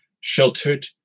sheltered